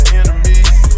enemies